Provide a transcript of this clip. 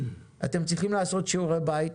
אתם צריכים לעשות שיעורי בית.